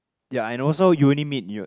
ya I know so you only meet you